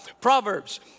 Proverbs